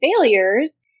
failures